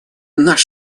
наш